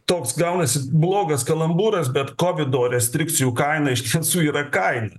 toks gaunasi blogas kalambūras bet kovido restrikcijų kaina iš tiesų yra kaina